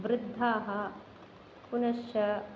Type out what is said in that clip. वृद्धाः पुनश्च